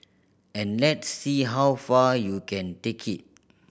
and let's see how far you can take it